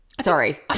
sorry